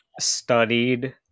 studied